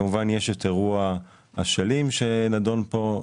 כמובן יש את אירוע אשלים שנדון פה.